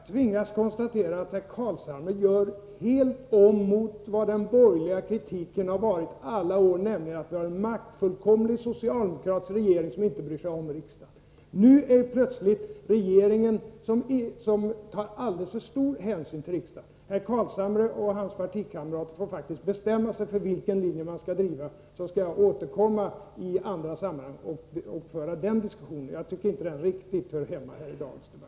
Herr talman! Jag tvingas konstatera att herr Carlshamre här gör helt om. Den borgerliga kritiken har under alla år gått ut på att landet har en maktfullkomlig socialdemokratisk regering som inte bryr sig om riksdagen. Nu tar plötsligt regeringen alldeles för stor hänsyn till riksdagen. Herr Carlshamre och hans partikamrater får faktiskt bestämma sig för vilken linje som man skall driva, så skall jag återkomma i andra sammanhang och föra den diskussionen. Den hör inte riktigt hemma i dagens debatt.